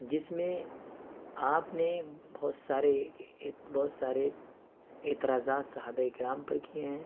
جس میں آپ نے بہت سارے بہت سارے بہت سارے اعتراضات صحابۂ کرام پر کیے ہیں